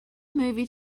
movie